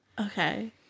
Okay